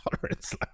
tolerance